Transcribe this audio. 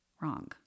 Wrong